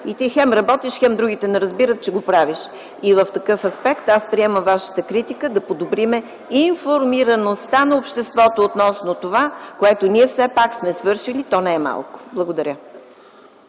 и ти хем работиш, хем другите не разбират, че го правиш. В такъв аспект аз приемам Вашата критика да подобрим информираността на обществото относно това, което ние все пак сме свършили и то не е малко. Благодаря.